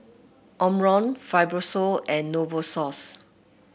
Omron Fibrosol and Novosource